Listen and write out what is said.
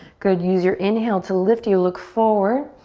good, use your inhale to lift you, look forward.